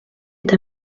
est